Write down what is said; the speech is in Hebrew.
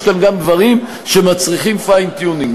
יש כאן גם דברים שמצריכים fine tuning,